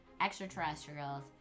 extraterrestrials